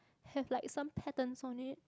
have like some patterns on it